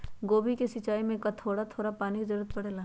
गोभी के सिचाई में का थोड़ा थोड़ा पानी के जरूरत परे ला?